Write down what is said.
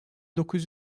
dokuz